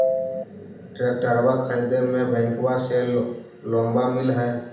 ट्रैक्टरबा खरीदे मे बैंकबा से लोंबा मिल है?